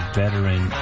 veteran